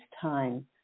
time